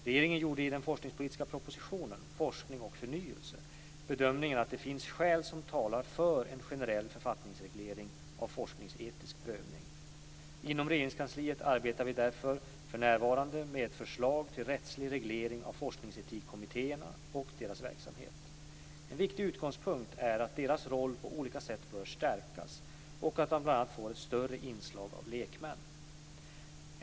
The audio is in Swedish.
Regeringen gjorde i den forskningspolitiska propositionen, Forskning och förnyelse, , bedömningen att det finns skäl som talar för en generell författningsreglering av forskningsetisk prövning. Inom Regeringskansliet arbetar vi därför för närvarande med ett förslag till rättslig reglering av forskningsetikkommittéerna och deras verksamhet. En viktig utgångspunkt är att deras roll på olika sätt bör stärkas och att de bl.a. bör få ett större inslag av lekmän.